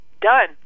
done